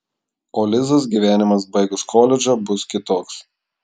o lizos gyvenimas baigus koledžą bus kitoks